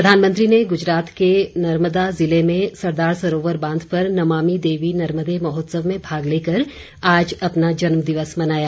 प्रधानमंत्री ने गुजरात के नर्मदा जिले में सरदार सरोवर बांध पर नमामि देवी नर्मदे महोत्सव में भाग लेकर आज अपना जन्मदिवस मनाया